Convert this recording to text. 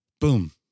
Boom